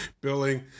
billing